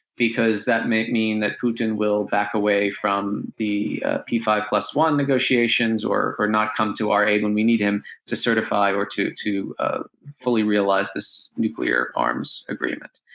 because that might mean that putin will back away from the p five plus one negotiations, or not not come to our aid when we need him to certify or to, to ah fully realize this nuclear arms agreement.